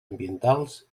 ambientals